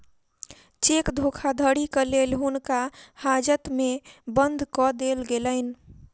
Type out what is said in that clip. cheque धोखाधड़ीक लेल हुनका हाजत में बंद कअ देल गेलैन